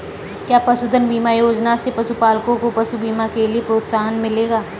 क्या पशुधन बीमा योजना से पशुपालकों को पशु बीमा के लिए प्रोत्साहन मिलेगा?